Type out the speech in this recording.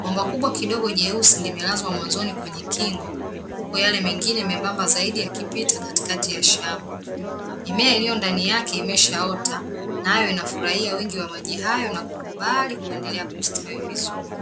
Bomba kubwa kidogo jeusi limelazwa mwanzoni kwenye kingo huku yale mengine membamba zaidi yakipita katikati ya shamba. Mimea iliyo ndani yake imeshaota, nayo inafurahia wingi wa maji hayo na kukubali kuendelea kustawi vizuri.